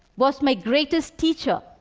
was my greatest teacher.